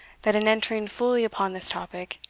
that in entering fully upon this topic,